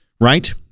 right